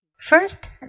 First